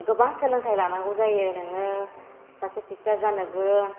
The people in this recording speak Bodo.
गोबां सोलोंथाइ लानांगौ जायो नोङो सासे टिचार जानोबो